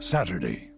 Saturday